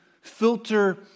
filter